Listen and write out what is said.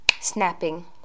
snapping